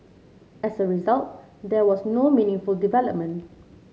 as a result there was no meaningful development